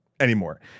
anymore